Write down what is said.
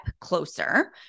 closer